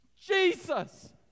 Jesus